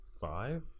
five